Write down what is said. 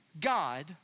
God